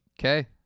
Okay